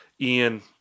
Ian